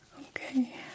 Okay